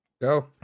Go